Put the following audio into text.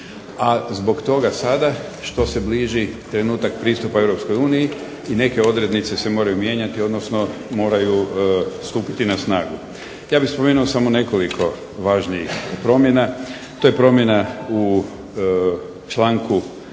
a zbog toga sada što se bliži trenutak pristupa Europskoj uniji i neke odrednice se moraju mijenjati, odnosno moraju stupiti na snagu. Ja bih spomenuo samo nekoliko važnijih promjena. To je promjena u članku